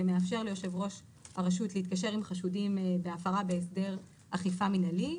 שמאפשר ליושב ראש הרשות להתקשר עם חשודים בהפרה בהסדר אכיפה מינהלי.